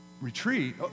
Retreat